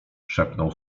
szepnął